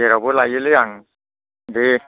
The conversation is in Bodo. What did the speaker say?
जेरावबो लायो लै आं दे